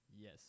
Yes